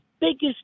biggest